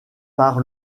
par